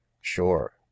sure